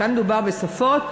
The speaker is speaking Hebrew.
כאן מדובר בשפות,